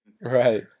Right